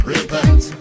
Repent